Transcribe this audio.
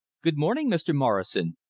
good morning, mr. morrison.